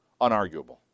unarguable